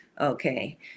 Okay